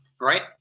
right